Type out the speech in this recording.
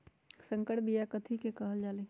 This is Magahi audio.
संकर बिया कथि के कहल जा लई?